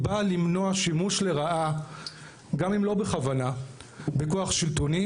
היא באה למנוע שימוש לרעה גם אם לא בכוונה בכוח שיליטוני,